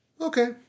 okay